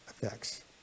effects